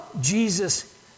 Jesus